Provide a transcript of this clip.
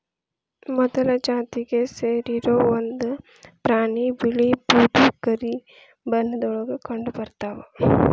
ಮೊಲದ ಜಾತಿಗೆ ಸೇರಿರು ಒಂದ ಪ್ರಾಣಿ ಬಿಳೇ ಬೂದು ಕರಿ ಬಣ್ಣದೊಳಗ ಕಂಡಬರತಾವ